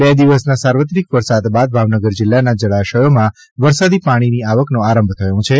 બે દિવસના સાર્વત્રિક વરસાદ બાદ ભાવનગર જિલ્લાના જળાશયોમાં વરસાદી પાણીની આવકનો આરંભ થયો છે